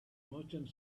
merchant